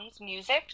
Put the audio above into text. Music